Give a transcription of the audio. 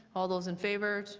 all those in favor?